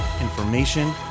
information